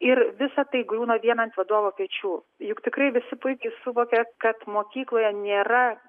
ir visa tai griūna vien ant vadovo pečių juk tikrai visi puikiai suvokia kad mokykloje nėra